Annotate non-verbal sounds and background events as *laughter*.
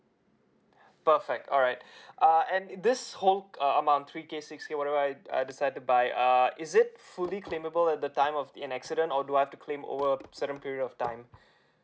*breath* perfect alright *breath* uh and err this whole err amount three K six K whatever I I decide to buy err is it fully claimable at the time of the an accident or do I have to claim over certain period of time *breath*